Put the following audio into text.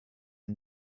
are